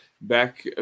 back